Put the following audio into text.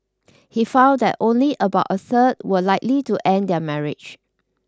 he found that only about a third were likely to end their marriage